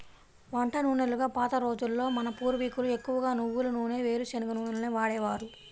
వంట నూనెలుగా పాత రోజుల్లో మన పూర్వీకులు ఎక్కువగా నువ్వుల నూనె, వేరుశనగ నూనెలనే వాడేవారు